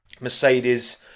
Mercedes